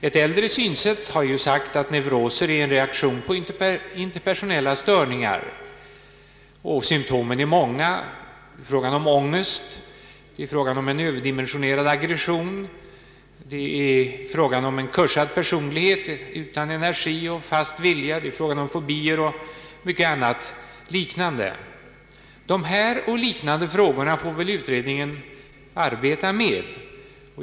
Ett äldre synsätt är att neuroser är en reaktion på interpersonella störningar. Symtomen är många ångest, en överdimensionerad aggression, en kuschad personlighet utan energi och fast vilja, fobier och mycket annat. Dessa och liknande frågor får utredningen arbeta med.